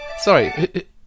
sorry